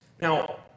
Now